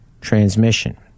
transmission